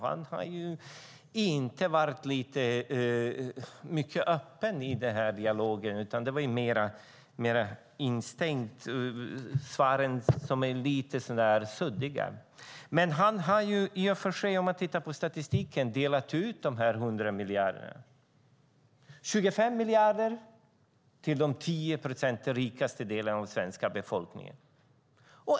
Han har inte varit så öppen i denna dialog. Svaren har varit lite suddiga. Men om man tittar på statistiken har han delat ut dessa 100 miljarder. 25 miljarder har gått till de 10 procent som utgör den rikaste delen av den svenska befolkningen.